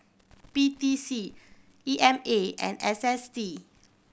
P T C E M A and S S T